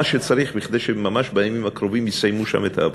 שצריך כדי שממש בימים הקרובים יסיימו שם את העבודה.